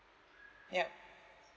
yup